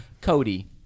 Cody